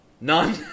None